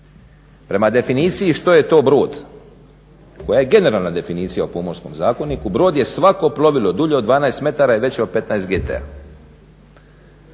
Prema definiciji što je to brod koja je generalna definicija u Pomorskom zakoniku brod je svako plovilo dulje od 12 metara i veće od 15 gta.